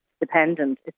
dependent